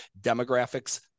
demographics